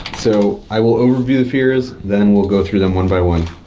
so i will overview the fears. then we'll go through them one by one.